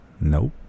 Nope